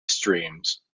streams